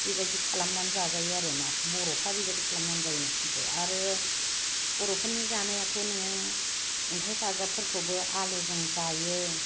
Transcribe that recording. बेबायदि खालामनानै जाजायो आरो ना बर'फोरा बेबायदि खालामनानै जायो नाफामखौ आरो बर'फोरनि जानायाथ' नोङो अनथाइ बाजाबफोरखौबो आलुजों जायो